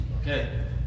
Okay